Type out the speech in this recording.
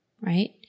right